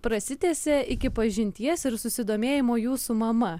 prasitęsė iki pažinties ir susidomėjimo jūsų mama